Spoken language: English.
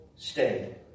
Stay